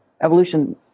Evolution